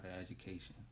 education